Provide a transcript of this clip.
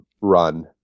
run